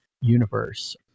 universe